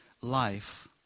Life